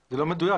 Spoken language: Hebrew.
זה לא מדויק,